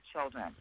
children